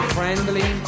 Friendly